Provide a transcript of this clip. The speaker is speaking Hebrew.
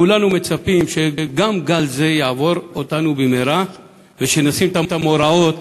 כולנו מצפים שגם גל זה יעבור אותנו במהרה ונשים מאורעות